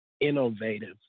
innovative